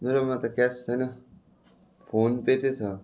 मेरोमा त क्यास छैन फोन पे चाहिँ छ